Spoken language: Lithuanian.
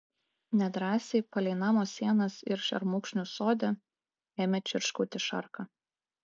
nedrąsiai palei namo sienas ir šermukšnius sode ėmė čirškauti šarka